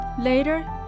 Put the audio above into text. Later